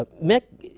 ah mick,